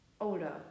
older